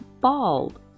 bald